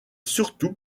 surtout